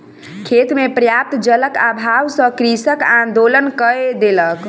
खेत मे पर्याप्त जलक अभाव सॅ कृषक आंदोलन कय देलक